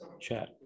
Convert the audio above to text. chat